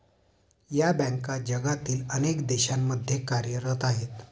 या बँका जगातील अनेक देशांमध्ये कार्यरत आहेत